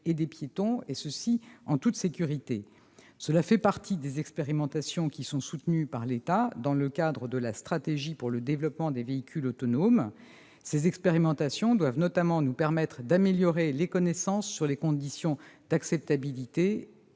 et des piétons, et ce en toute sécurité. Cela fait partie des expérimentations qui sont soutenues par l'État dans le cadre de la stratégie pour le développement des véhicules autonomes. Ces expérimentations doivent notamment nous permettre d'améliorer les connaissances sur les conditions d'acceptabilité